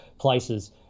places